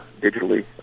digitally